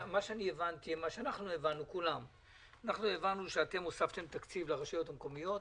כולנו הבנו שאתם הוספתם תקציב לרשויות המקומיות,